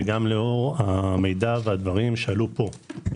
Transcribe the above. וגם לאור המידע והדברים שעלו פה בוועדה,